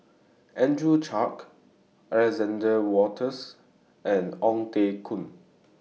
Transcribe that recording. Andrew Clarke Alexander Wolters and Ong Teng Koon